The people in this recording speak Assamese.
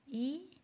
ই